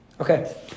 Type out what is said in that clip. Okay